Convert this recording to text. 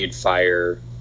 fire